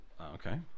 Okay